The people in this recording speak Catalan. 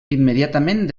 immediatament